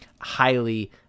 highly